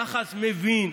יחס מבין,